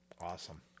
Awesome